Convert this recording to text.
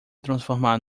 transformar